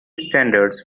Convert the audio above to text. standards